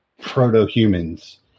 proto-humans